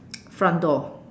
front door